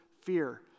fear